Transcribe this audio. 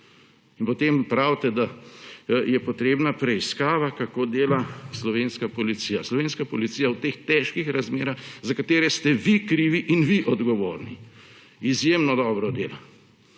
In potem pravite, da je potrebna preiskava, kako dela slovenska policija. Slovenska policija v teh težkih razmerah, za katere ste vi krivi in vi odgovorni, izjemno dobro dela,